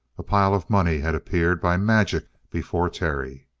a pile of money had appeared by magic before terry.